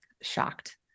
shocked